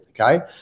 Okay